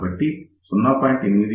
కాబట్టి 0